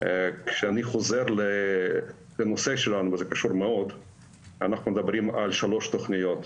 אני חוזר לנושא החשוב, מדברים על 3 תוכניות: